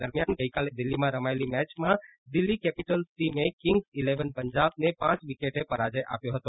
દરમિયાન ગઇકાલે દિલ્હીમાં રમાયેલી મેચમાં દિલ્હી કેપીટલ્સ ટીમે કિંગ્સ ઇલેવન પંજાબને પાંચ વિકેટે પરાજય આપ્યો હતો